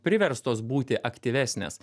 priverstos būti aktyvesnės